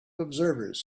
observers